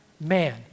man